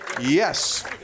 Yes